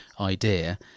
idea